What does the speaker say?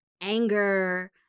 anger